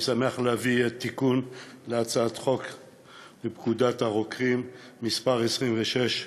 אני שמח להביא את הצעת חוק לתיקון פקודת הרוקחים (מס' 26),